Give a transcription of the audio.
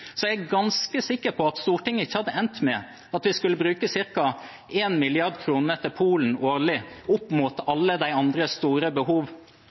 ikke hadde endt med at vi skulle bruke ca. 1 mrd. kr til Polen årlig opp mot alle de andre store behov